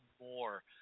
more